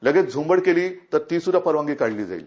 लगेच झुंबड केली तर ती सुध्दा परवानगी काढली जाईल